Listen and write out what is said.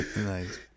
Nice